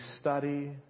study